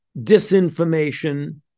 disinformation